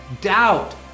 doubt